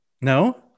no